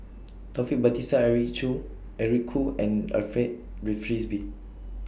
Taufik Batisah Eric Chew Eric Khoo and Alfred Read Frisby